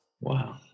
Wow